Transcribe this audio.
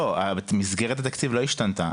מסגרת התקציב לא השתנתה.